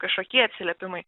kažkokie atsiliepimai